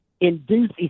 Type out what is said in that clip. induce